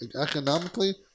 economically